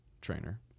trainer